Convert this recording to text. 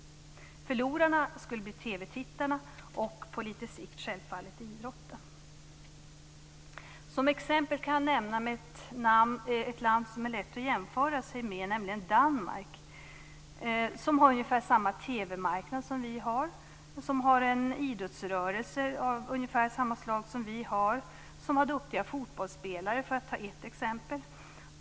Förlorarna skulle bli TV-tittarna och på lite sikt självfallet idrotten. Som exempel kan jag nämna ett land som är lätt att jämföra med, nämligen Danmark. Där har de ungefär samma TV-marknad som vi har och en idrottsrörelse av ungefär samma slag som vi har. De har duktiga fotbollsspelare, för att ta ett exempel.